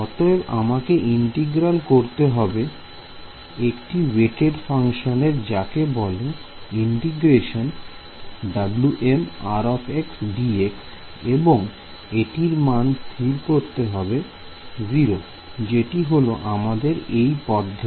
অতএব আমাকে ইন্টিগ্রাল করতে হবে একটি ওয়েটিং ফাংশানের যাকে বল এবং এটির মান স্থির করতে হবে 0 যেটি হল আমাদের এই পদ্ধতি